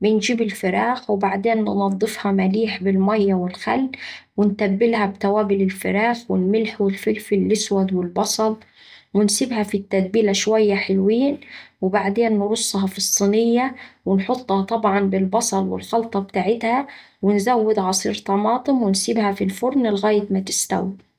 بنجيب الفراخ وبعدين ننضفها مليح بالميا والخل ونتبلها بتوابل الفراخ والملح والفلفل الإسود والبصل ونسيبها في التتبيلة شوية حلوين وبعدين نرصها في الصينية ونحطها طبعا بالبصل والخلطة بتاعتها ونزود عصير طماطم ونسيبها في الفرن لغاية ما تستوي.